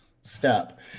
step